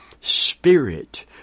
Spirit